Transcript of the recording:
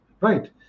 right